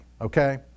okay